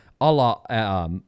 Allah